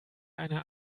eine